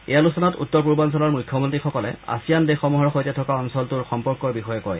এই আলোচনাত উত্তৰ পূৰ্বাঞ্চলৰ মুখ্যমন্ত্ৰীসকলে আছিয়ান দেশসমূহৰ সৈতে থকা অঞলটোৰ সম্পৰ্কৰ বিষয়ে কয়